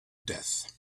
death